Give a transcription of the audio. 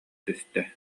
түстэ